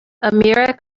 amira